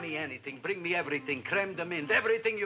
me anything bring me everything cram them into everything